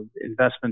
investment